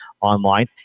online